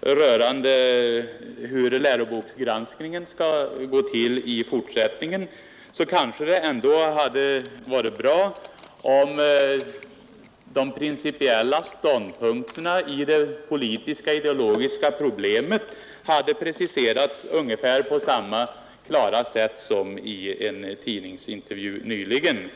rörande hur läroboksgranskningen skall gå till i fortsättningen, hade det kanske varit bra om de principiella ståndpunkterna i det politiska och ideologiska problemet kunnat preciseras på ungefär samma klara sätt som skedde i en tidningsintervju nyligen.